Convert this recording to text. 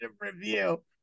review